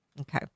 Okay